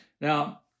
Now